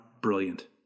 Brilliant